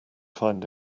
find